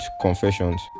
Confessions